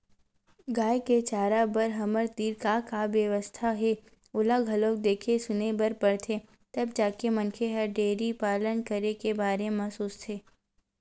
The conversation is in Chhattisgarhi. गाय के चारा बर हमर तीर का का बेवस्था हे ओला घलोक देखे सुने बर परथे तब जाके मनखे ह डेयरी पालन करे के बारे म सोचथे